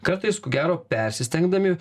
kartais ko gero persistengdami